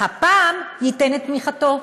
הפעם ייתן את תמיכתו.